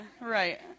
right